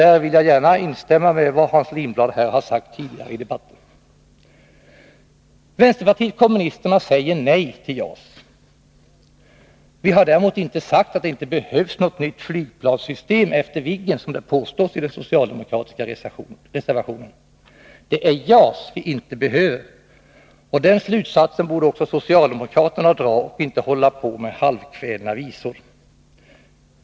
Därvidlag vill jag gärna instämma i vad Hans Lindblad tidigare har sagt i den här debatten. Vänsterpartiet kommunisterna säger nej till JAS. Vi har däremot inte sagt att det inte behövs något nytt flygplanssystem efter Viggen, som det påstås i den socialdemokratiska reservationen. Det är JAS vi inte behöver. Också socialdemokraterna borde dra den slutsatsen och inte hålla på med halvkvädna visor.